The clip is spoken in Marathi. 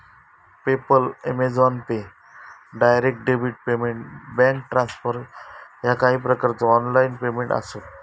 PayPal, Amazon Pay, direct debit payment, bank transfer ह्या काही प्रकारचो ऑनलाइन पेमेंट आसत